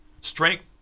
Strength